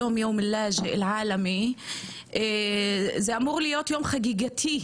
זה אמור להיות יום חגיגי,